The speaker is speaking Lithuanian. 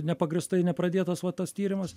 nepagrįstai nepradėtas va tas tyrimas